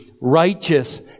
Righteous